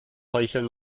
heucheln